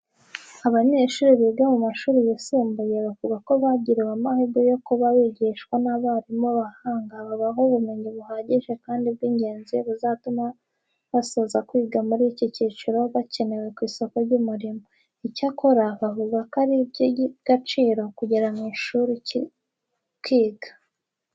Abanyeshuri biga mu mashuri yisumbuye bavuga ko bagiriwe amahirwe yo kuba bigishwa n'abarimu b'abahanga babaha ubumenyi buhagije kandi bw'ingenzi buzatuma zasoza kwiga muri iki cyiciro bakenewe ku isoko ry'umurimo. Icyakora bavuga ko ari iby'agaciro kugera mu ishuri ukiga.